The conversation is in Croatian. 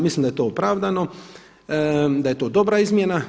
Mislim da je to opravdano, da je to dobra izmjena.